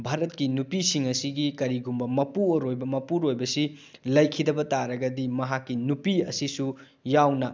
ꯚꯥꯔꯠꯀꯤ ꯅꯨꯄꯤꯁꯤꯡ ꯑꯁꯤꯒꯤ ꯀꯔꯤꯒꯨꯝꯕ ꯃꯄꯨꯔꯣꯏꯕ ꯃꯄꯨꯔꯣꯏꯕꯁꯤ ꯂꯩꯈꯤꯗꯕ ꯇꯥꯔꯒꯗꯤ ꯃꯍꯥꯛꯀꯤ ꯅꯨꯄꯤ ꯑꯁꯤꯁꯨ ꯌꯥꯎꯅ